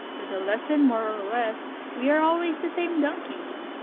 with a lesson more or less, we are always the same donkeys.